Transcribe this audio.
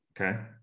Okay